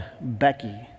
Becky